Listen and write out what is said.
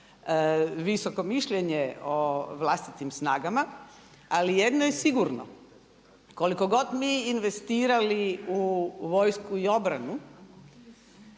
visoko mišljenje o vlastitim snagama, ali jedno je sigurno koliko god mi investirali u vojsku i obranu